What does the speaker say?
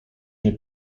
nie